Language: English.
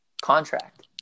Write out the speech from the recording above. contract